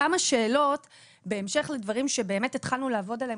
כמה שאלות בהמשך לדברים שבאמת התחלנו לעבוד עליהם